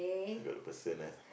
weird person ah